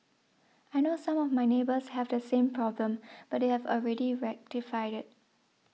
I know some of my neighbours have the same problem but they have already rectified it